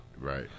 right